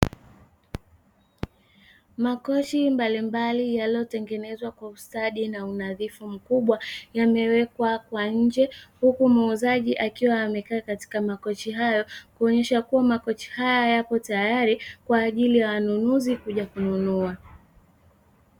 Makochi mbalimbali yaliyotengenezwa kwa ustadi na unadhifu mkubwa yamewekwa kwa nje, huku muuzaji akiwa amekaa katika makochi hayo kuonyesha kuwa makochi haya yapo tayari kwa ajili ya wanunuzi kuja kununua.